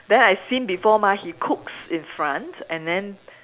then I seen before mah he cooks in front and then